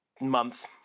month